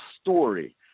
story